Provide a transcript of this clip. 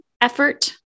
effort